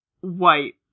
White